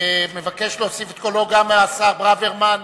מבקש להוסיף את קולו, גם השר ברוורמן.